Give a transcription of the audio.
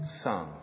son